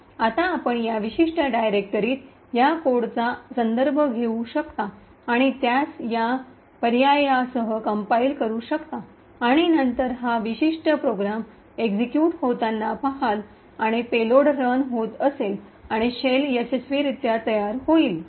आता आपण या विशिष्ट डाइरेक्टरीत या कोडचा संदर्भ घेऊ शकता आणि त्यास या पर्यायांसह कम्पाइल करू शकता आणि नंतर हा विशिष्ट प्रोग्राम एक्सिक्यूट होताना पहाल आणि पेलोड रन होत असेल आणि शेल यशस्वीरित्या तयार होईल